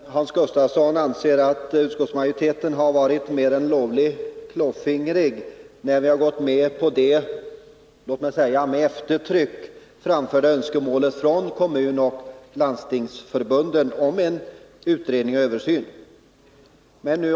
Fru talman! Hans Gustafsson anser att utskottsmajoriteten varit mer än lovligt klåfingrig när vi gått med på det med eftertryck framförda önskemålet från kommunoch landstingsförbunden om en utredning och översyn.